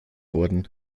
wurden